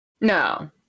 No